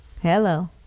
Hello